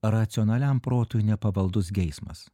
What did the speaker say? racionaliam protui nepavaldus geismas